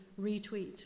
retweet